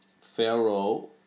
Pharaoh